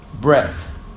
Breath